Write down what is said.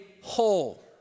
whole